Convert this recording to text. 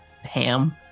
ham